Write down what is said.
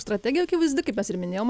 strategija akivaizdi kaip mes ir minėjom